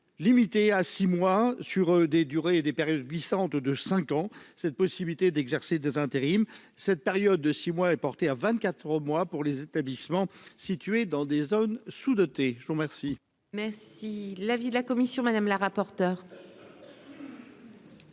limiter à 6 mois sur des durées et des périodes glissantes de 5 ans cette possibilité d'exercer des intérims, cette période de 6 mois est porté à 24 mois pour les établissements situés dans des zones sous-dotées, je vous remercie. Mais si l'avis de la commission madame la rapporteure.